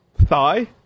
Thigh